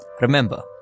remember